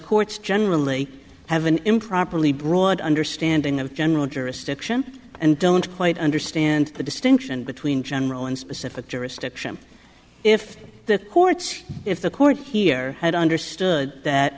courts generally have an improperly broad understanding of general jurisdiction and don't quite understand the distinction between general and specific jurisdiction if the courts if the court here had understood that